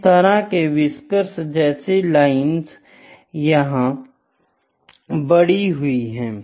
इस तरह के व्हिस्केर जैसी लाईन यह बड़ी हुईं है